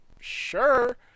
sure